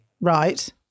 Right